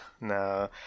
no